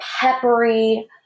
peppery